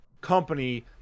company